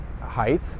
height